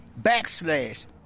backslash